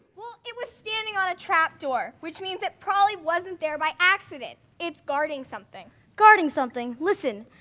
well it was standing on a trap door which means it probably wasn't there by accident. it's guarding something. guarding something, listen.